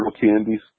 candies